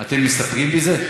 אתם מסתפקים בזה?